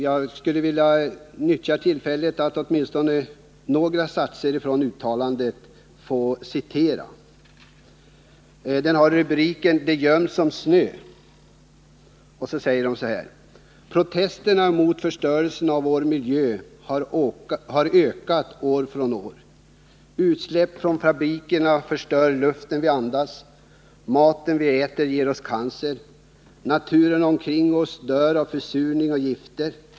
Jag skulle vilja nyttja tillfället att få citera åtminstone några satser ur uttalandet. Rubriken lyder ”Det som göms i snö”. Sedan heter det: ”Protesterna mot förstörelsen av vår miljö har ökat år från år. Utsläpp från fabrikerna förstör luften vi andas. Maten vi äter ger oss cancer. Naturen omkring oss dör av försurning och gifter.